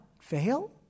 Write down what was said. fail